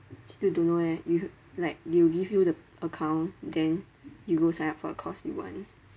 still don't know eh you like they'll give you the account then you go sign up for the course you want